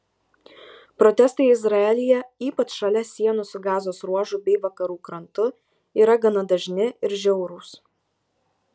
protestai izraelyje ypač šalia sienų su gazos ruožu bei vakarų krantu yra gana dažni ir žiaurūs